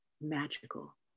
magical